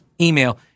email